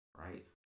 Right